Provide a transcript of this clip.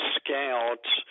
scouts